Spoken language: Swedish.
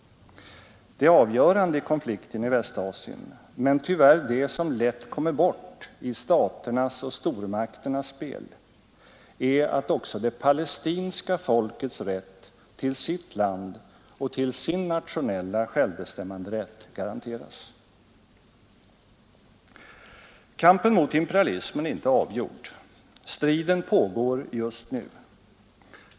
Det avgörande i konflikten i Västasien, men tyvärr det som lätt kommer bort i staternas spel, är att också det palestinska folkets rätt till sitt land och nationellt självbestämmande garanteras. Kampen mot imperialismen är inte avgjord. Striden pågår just nu.